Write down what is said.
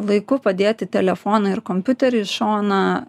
laiku padėti telefoną ir kompiuterį į šoną